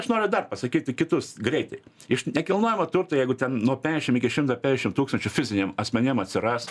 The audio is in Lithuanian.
aš noriu dar pasakyti kitus greitai iš nekilnojamo turto jeigu ten nuo peniašim iki šimto peiašim tūkstančių fiziniem asmeniem atsiras